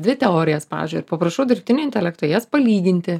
dvi teorijas pavyzdžiui ir paprašau dirbtinio intelekto jas palyginti